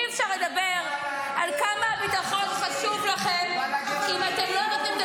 אי-אפשר לדבר על כמה הביטחון חשוב לכם -- הוא בא להגן על